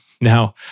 Now